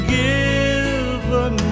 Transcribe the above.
given